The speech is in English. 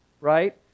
right